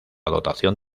dotación